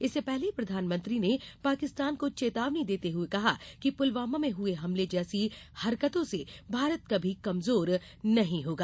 इससे पहले प्रधानमंत्री ने पाकिस्तान को चेतावनी देते हुए कहा कि पुलवामा में हुए हमले जैसी हरकतों से भारत कभी कमजोर नहीं होगा